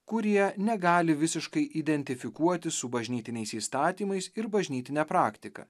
kurie negali visiškai identifikuotis su bažnytiniais įstatymais ir bažnytine praktika